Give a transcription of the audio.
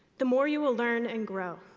the more you will learn and grow.